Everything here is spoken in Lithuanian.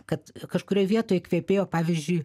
kad kažkurioj vietoj kvepėjo pavyzdžiui